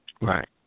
Right